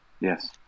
Yes